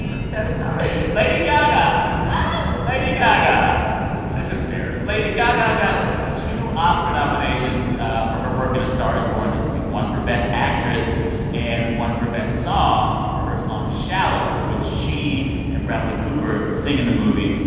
so sorry lady gaga oh lady gaga this is embarrassing lady gaga got. this is really bad. two oscar nominations ah for her work in a star is born this week one for best actress and one for best song for her song shallow, which she and bradley cooper sing in the movie.